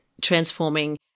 transforming